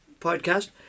podcast